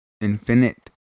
Infinite